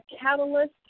catalyst